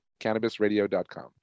Cannabisradio.com